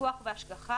בפיקוח והשגחה,